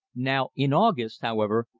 now in august, however,